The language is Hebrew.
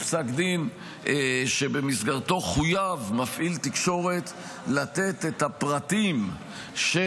פסק דין שבמסגרתו חויב מפעיל תקשורת לתת את הפרטים של